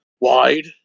Wide